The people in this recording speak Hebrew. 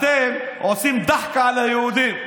אתם עושים דחקה על היהודים.